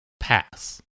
pass